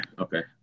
Okay